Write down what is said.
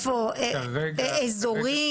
אזורים?